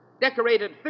decorated